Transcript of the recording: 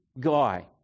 guy